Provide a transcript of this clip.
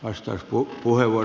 arvoisa puhemies